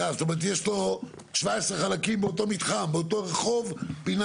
זאת אומרת יש לו 17 חלקים באותו מתחם, באותו רחוב.